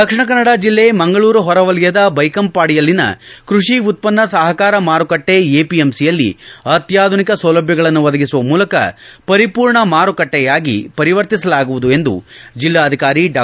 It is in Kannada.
ದಕ್ಷಿಣ ಕನ್ನಡ ಜಿಲ್ಲೆ ಮಂಗಳೂರು ಹೊರವಲಯದ ದೈಕಂಪಾಡಿಯಲ್ಲಿನ ಕೃಷಿ ಉತ್ತನ್ನ ಸಹಾರ ಮಾರುಕಟ್ಟೆ ಪಿಎಂಸಿಯಲ್ಲಿ ಅತ್ಯಾಧುನಿಕ ಸೌಲಭ್ಞಗಳನ್ನು ಒದಗಿಸುವ ಮೂಲಕ ಪರಿಪೂರ್ಣ ಮಾರುಕಟ್ಟೆಯಾಗಿ ಪರಿವರ್ತಿಸಲಾಗುವುದು ಎಂದು ಜೆಲ್ಲಾಧಿಕಾರಿ ಡಾ